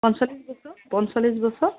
পঞ্চলিছ বছৰ পঞ্চলিছ বছৰ